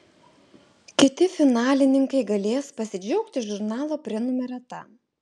kiti finalininkai galės pasidžiaugti žurnalo prenumerata